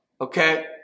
Okay